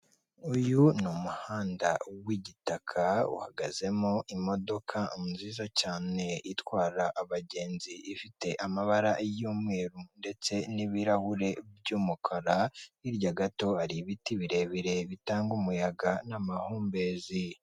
Uyu ni umuhanda w'igitaka uhagazemo imodoka nziza cyane itwara abagenzi ifite amabara y'umweru ndetse n'ibirahure by'umukara, hirya gato hari ibiti birebire bitanga umuyaga n'amahumbezi.